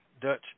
Dutch